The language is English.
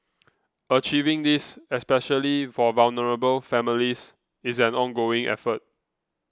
achieving this especially for vulnerable families is an ongoing effort